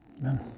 amen